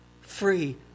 free